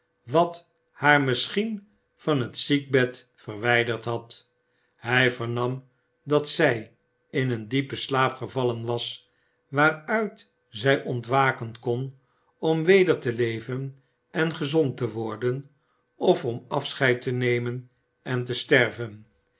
wat haar misschien van het ziekbed verwijderd had hij vernam dat zij in een diepen slaap gevallen was waaruit zij ontwaken kon om weer te leven en gezond te worden of om afscheid te nemen en te sterven